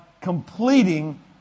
completing